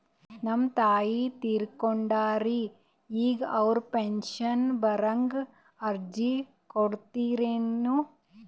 ನಮ್ ತಾಯಿ ತೀರಕೊಂಡಾರ್ರಿ ಈಗ ಅವ್ರ ಪೆಂಶನ್ ಬರಹಂಗ ಅರ್ಜಿ ಕೊಡತೀರೆನು?